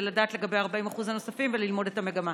לדעת לגבי ה-40% הנוספים וללמוד את המגמה.